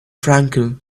tranquil